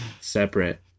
separate